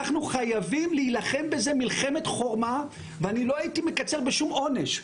אנחנו חייבים להילחם בזה מלחמת חורמה ואני לא הייתי מקצר בשום עונש.